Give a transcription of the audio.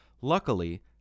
Luckily